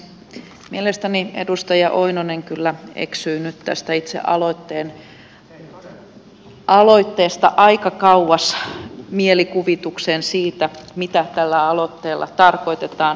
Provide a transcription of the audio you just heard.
mielestäni edustaja oinonen kyllä eksyi nyt tästä itse aloitteesta aika kauas mielikuvitukseen siitä mitä tällä aloitteella tarkoitetaan